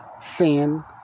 sin